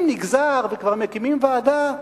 ואם נגזר וכבר מקימים ועדה,